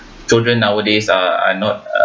children nowadays are are not uh